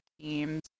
teams